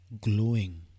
glowing